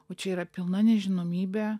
o čia yra pilna nežinomybė